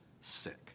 sick